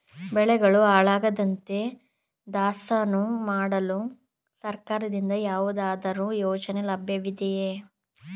ಬೆಳೆಗಳು ಹಾಳಾಗದಂತೆ ದಾಸ್ತಾನು ಮಾಡಲು ಸರ್ಕಾರದಿಂದ ಯಾವುದಾದರು ಯೋಜನೆ ಲಭ್ಯವಿದೆಯೇ?